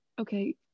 okay